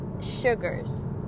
sugars